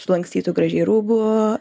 sulankstytų gražiai rūbų